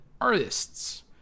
artists